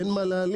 אין מה להלין.